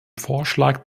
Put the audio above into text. vorschlag